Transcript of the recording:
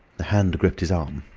the hand gripped his arm.